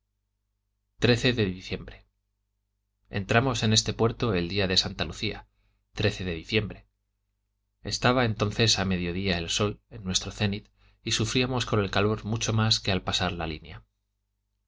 de diciembre entramos en este puerto el día de santa lucía de diciembre estaba entonces a mediodía el sol en nuestro cénit y sufríamos con el calor mucho más que al pasar la línea